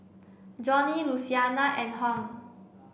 Joni Louisiana and Hung